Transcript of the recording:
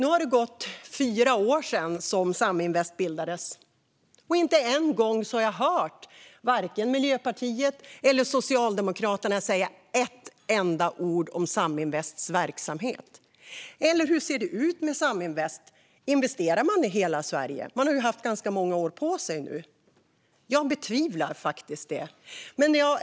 Nu är det fyra år sedan Saminvest bildades, och inte en enda gång har jag hört vare sig Miljöpartiet eller Socialdemokraterna säga ett enda ord om Saminvests verksamhet. Hur ser det ut med Saminvest - investerar man i hela Sverige? Man har ju har haft ganska många år på sig nu. Jag betvivlar det faktiskt.